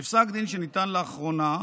בפסק דין שניתן לאחרונה,